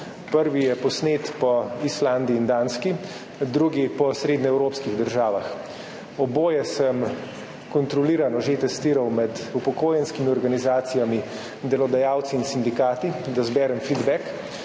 Prvi je posnet po Islandiji in Danski, drugi po srednjeevropskih državah. Oboje sem kontrolirano že testiral med upokojenskimi organizacijami, delodajalci in sindikati, da zberem feedback.